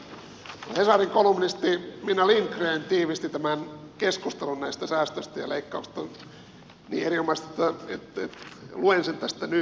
hesarin kolumnisti minna lindgren tiivisti keskustelun näistä säästöistä ja leikkauksista niin erinomaisesti että luen sen tästä nyt